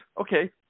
Okay